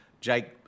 Jake